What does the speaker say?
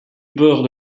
beurre